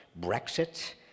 Brexit